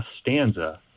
stanza